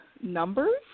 numbers